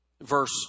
Verse